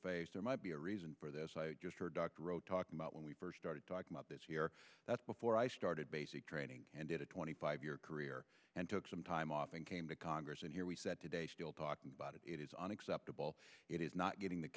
face there might be a reason for this i just heard dr ro talk about when we first started talking about this here that's before i started basic training and did a twenty five year career and took some time off and came to congress and here we said today still talking about it it is unacceptable it is not getting the